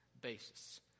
basis